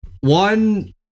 One